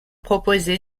proposé